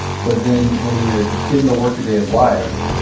but then when you get in the workaday of life,